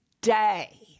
day